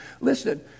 Listen